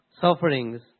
sufferings